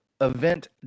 event